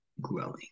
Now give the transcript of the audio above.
growing